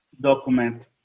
document